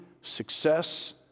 success